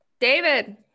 david